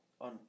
on